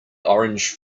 orange